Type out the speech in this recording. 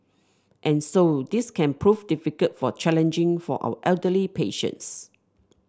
and so this can prove difficult for challenging for our elderly patients